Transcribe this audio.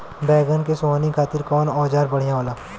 बैगन के सोहनी खातिर कौन औजार बढ़िया होला?